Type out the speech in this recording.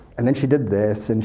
and then she did this, and